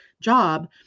job